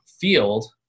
field